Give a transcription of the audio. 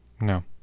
No